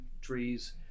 trees